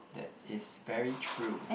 that is very true